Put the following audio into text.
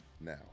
now